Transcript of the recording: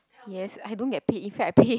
yes I don't get paid in fact I pay